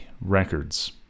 Records